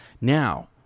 Now